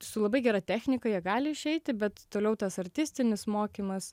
su labai gera technika jie gali išeiti bet toliau tas artistinis mokymas